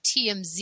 TMZ